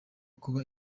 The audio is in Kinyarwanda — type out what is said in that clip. kuba